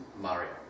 Mario